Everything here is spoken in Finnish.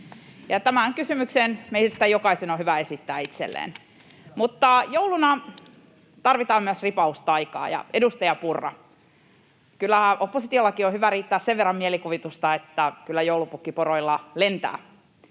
tämä kysymys meistä jokaisen on hyvä esittää itselleen. Mutta jouluna tarvitaan myös ripaus taikaa, ja, edustaja Purra, kyllä oppositiollakin on hyvä riittää sen verran mielikuvitusta, että kyllä joulupukki poroilla lentää.